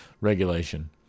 regulation